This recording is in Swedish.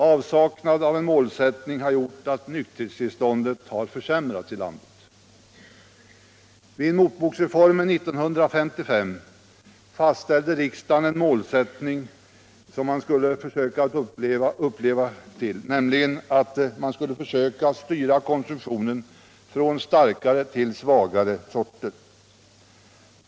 Avsaknaden av en målsättning har gjort att nykterhetstillståndet har försämrats i landet. Vid motboksreformen 1955 fastställde riksdagen en målsättning som man skulle försöka leva upp till, nämligen att styra över konsumtionen från starkare till svagare sorter.